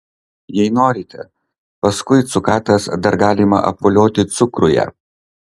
jei norite paskui cukatas dar galima apvolioti cukruje